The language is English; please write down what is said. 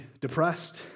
depressed